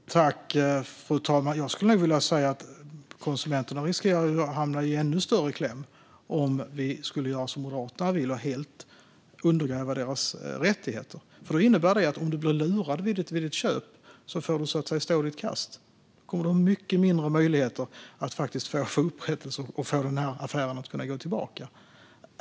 Fru talman! Jag skulle nog vilja säga att konsumenterna riskerar att hamna ännu mer i kläm om vi skulle göra som Moderaterna vill och helt undergräva deras rättigheter. Det skulle nämligen innebära att den som blir lurad vid ett köp får stå sitt kast, så att säga. Man skulle ha mycket mindre möjligheter att få upprättelse och få affären att gå tillbaka.